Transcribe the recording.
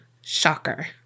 Shocker